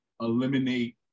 eliminate